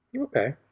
Okay